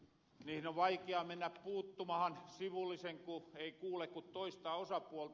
on vaikea mennä puuttumahan sivullisen ku ei kuule ku toista osapuolta